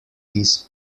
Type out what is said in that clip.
his